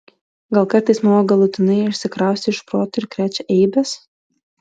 gal kartais mama galutinai išsikraustė iš proto ir krečia eibes